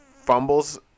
fumbles